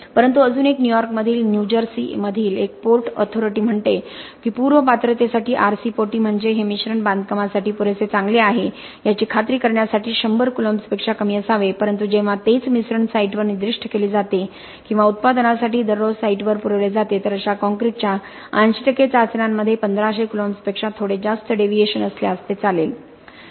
परत अजून एक न्यू यॉर्क येथील न्यू जर्सी मधील एक पोर्ट अथोरिटी म्हणते की पूर्व पात्रतेसाठी आरसीपीटी म्हणजे हे मिश्रण बांधकामासाठी पुरेसे चांगले आहे याची खात्री करण्यासाठी 1000 कूलम्ब्सपेक्षा कमी असावे परंतु जेव्हा तेच मिश्रण साइटवर निर्दिष्ट केले जाते किंवा उत्पादनासाठी दररोज साइटवर पुरवले जाते तर अश्या काँक्रीट च्या 80 टक्के चाचण्यांमध्ये 1500 कौलॉम्बस पेक्षा थोडे जास्त डेवियशन असल्यास ते चालेल